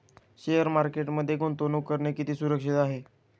Share मार्केटमध्ये गुंतवणूक करणे किती सुरक्षित आहे?